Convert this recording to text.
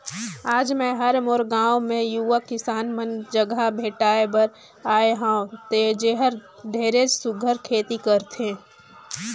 आज मैं हर मोर गांव मे यूवा किसान मन जघा भेंटाय बर आये हंव जेहर ढेरेच सुग्घर खेती करथे